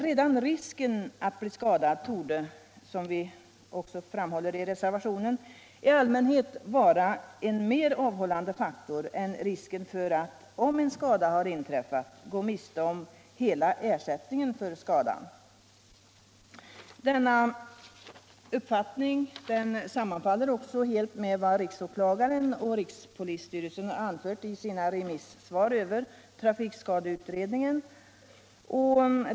Redan risken för att bli skadad torde, som vi också framhåller i reservationen, i allmänhet vara en mer avhållande faktor än risken för att, om en skada har inträffat, gå miste om hela ersättningen för skadan. Denna uppfattning sammanfaller också helt med vad riksåklagaren och rikspolisstyrelsen har anfört i sina remissvar över trafikskadeutredningens förslag.